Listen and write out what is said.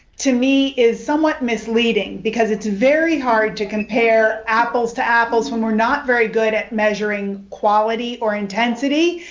to me, is somewhat misleading. because it's very hard to compare apples to apples when we're not very good at measuring quality or intensity.